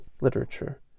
literature